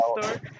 store